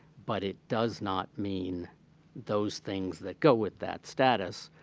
but it does not mean those things that go with that status,